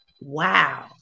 Wow